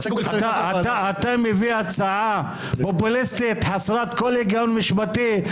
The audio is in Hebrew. אתה מביא הצעה פופוליסטית חסרת כל היגיון משפטי,